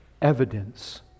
evidence